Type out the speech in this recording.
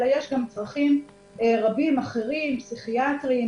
אלא יש גם צרכים רבים אחרים פסיכיאטריים,